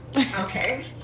Okay